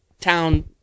town